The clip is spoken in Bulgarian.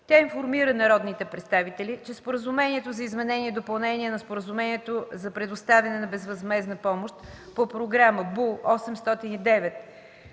Тя информира народните представители, че Споразумението за изменение и допълнение на Споразумението за предоставяне на безвъзмездна помощ по Програма